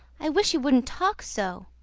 i wish you wouldn't talk so.